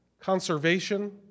Conservation